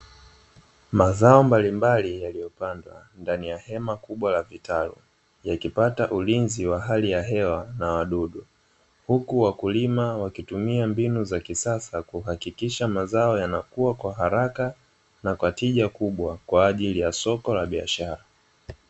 Mazao mbalimbali yaliopangwa ndani ya hema kubwa la vitalu. Lkiipata ulinzi mkubwa wa hali ya hewa na wadudu. Huku wakulima wakitumia mbinu za kisasa, kuhakikisha mazao yanakuwa kwa haraka ,na kwa tija kubwa kwa ajili ya soko la biashara.